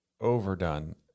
overdone